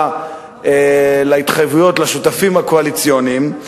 להתחייבויות לשותפים הקואליציוניים.